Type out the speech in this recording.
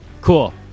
Cool